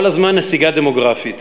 כל הזמן נסיגה דמוגרפית,